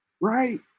right